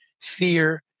fear